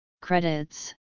Credits